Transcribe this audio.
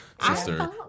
sister